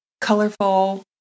colorful